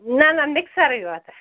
نہ نہ مِکسَرٕے یوت